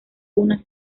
una